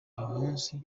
munsi